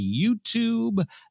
YouTube